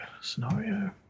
scenario